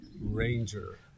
Ranger